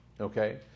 okay